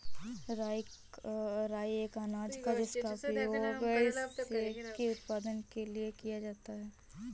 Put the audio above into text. राई एक अनाज है जिसका उपयोग व्हिस्की उत्पादन के लिए किया जाता है